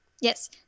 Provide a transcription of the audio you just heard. yes